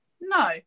No